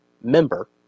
member